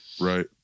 right